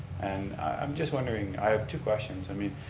and i'm just wondering, i have two questions, i mean